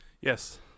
Yes